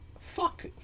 Fuck